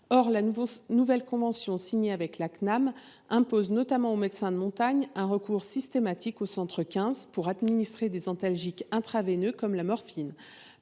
nationale de l’assurance maladie (Cnam) impose notamment aux médecins de montagne un recours systématique au centre 15 pour administrer des antalgiques intraveineux comme la morphine.